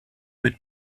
mit